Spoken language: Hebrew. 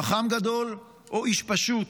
חכם גדול או איש פשוט,